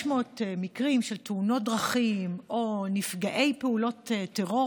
מקרים של תאונות דרכים או נפגעי פעולות טרור,